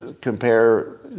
compare